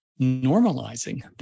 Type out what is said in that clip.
normalizing